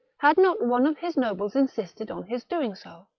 had not one of his nobles insisted on his doing so.